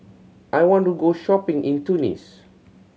I want to go shopping in Tunis